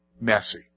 Messy